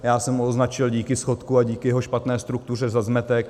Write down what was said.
Já jsem ho označil díky schodku a díky jeho špatné struktuře za zmetek.